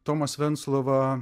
tomas venclova